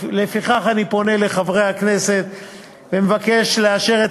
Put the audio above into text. ולפיכך אני פונה לחברי הכנסת ומבקש לאשר את